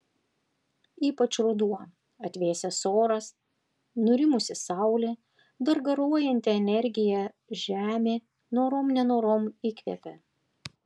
ypač ruduo atvėsęs oras nurimusi saulė dar garuojanti energija žemė norom nenorom įkvepia